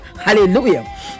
Hallelujah